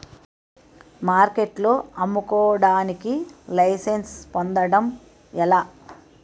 మార్కెట్లో అమ్ముకోడానికి లైసెన్స్ పొందడం ఎలా?